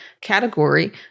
category